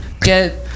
get